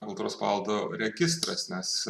kultūros paveldo registras nes